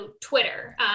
Twitter